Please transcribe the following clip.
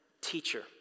teacher